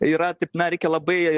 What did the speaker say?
yra taip na reikia labai